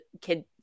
kid